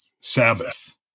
Sabbath